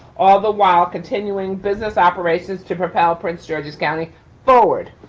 all the while continuing business operations to propel prince george's county forward.